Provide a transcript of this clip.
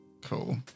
Cool